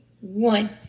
one